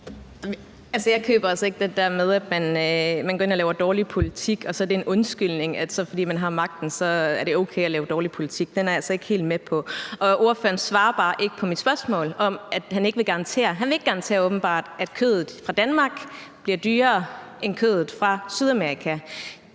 Jeg køber altså ikke den der med, at man går ind og laver dårlig politik, og at så er det en undskyldning, at fordi man har magten, er det okay at lave dårlig politik. Den er jeg altså ikke helt med på. Ordføreren svarer bare ikke på mit spørgsmål. Han vil åbenbart ikke garantere, at kødet fra Danmark ikke bliver dyrere end kødet fra Sydamerika.